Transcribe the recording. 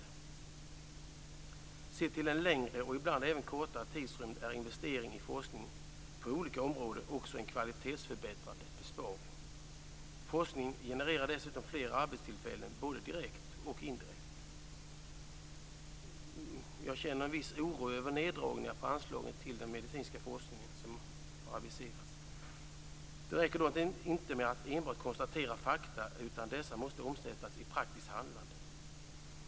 Sett mot bakgrund av en längre, och ibland även kortare, tidsrymd är investering i forskning på olika områden också en kvalitetsförbättrande besparing. Forskning genererar dessutom fler arbetstillfällen både direkt och indirekt. Jag känner en viss oro över de neddragningar av anslagen till den medicinska forskningen som har aviserats. Det räcker dock inte med att enbart konstatera fakta, utan dessa måste omsättas i praktiskt handlande.